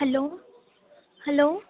hello hello